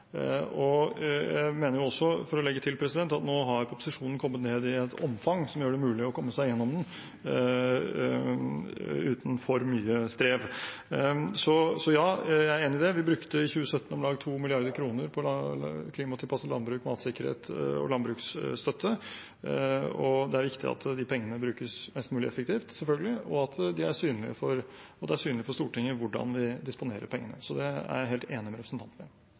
pengene. Jeg mener også, for å legge til det, at nå har proposisjonen kommet ned i et omfang som gjør det mulig å komme seg gjennom den uten for mye strev. Så jeg er enig i det. Vi brukte i 2017 om lag 2 mrd. kr på klimatilpasset landbruk, matsikkerhet og landbruksstøtte, og det er viktig at de pengene brukes mest mulig effektivt, selvfølgelig, og at det er synlig for Stortinget hvordan vi disponerer pengene. Det er jeg helt enig med representanten Navarsete i.